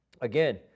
again